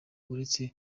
uretse